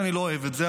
אני לא אוהב את זה,